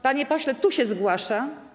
Panie pośle, tu się zgłasza.